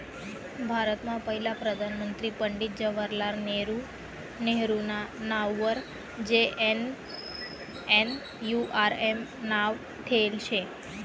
भारतमा पहिला प्रधानमंत्री पंडित जवाहरलाल नेहरू नेहरूना नाववर जे.एन.एन.यू.आर.एम नाव ठेयेल शे